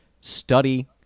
study